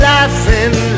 Laughing